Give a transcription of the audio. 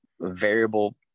variable